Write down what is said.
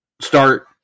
start